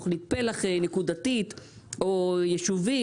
תוכנית פלח נקודתית או ישובית.